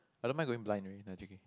I don't mind going blind right no J_K